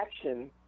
action